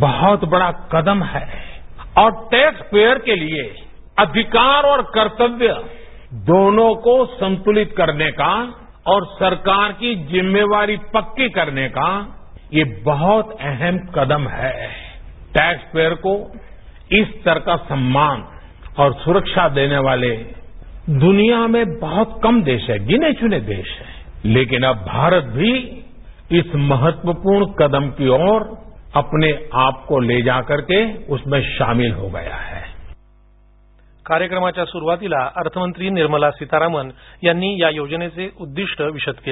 बहुत बड़ा कदम है और टैक्स पेयर के लिए अधिकार और कर्तव्य दोनों को संतुलित करने का और सरकार की जिम्मेवारी पक्की करने का ये बहुत अहम कदम है टैक्स पेयर को इस स्तर का सम्मान और सुरक्षा देने वाले दुनिया में बहुत कम देश हैं गिने चुने देश हैं लेकिन अब भारत भी इस महत्वपूर्ण कदम की ओर अपने आपको लेकर इसमें शामिल हो गया है कार्यक्रमाच्या सुरुवातीला अर्थमंत्री निर्मला सीतारामन यांनी या योजनेचं उद्दिष्ट विषद केलं